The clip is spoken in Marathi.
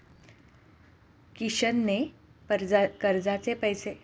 किशनने कर्जाचे पैसे परत देऊन आपले तारण सोडवून घेतले